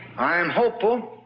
i'm hopeful